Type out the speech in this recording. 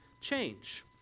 change